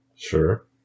Sure